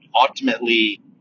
ultimately